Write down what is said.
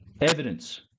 evidence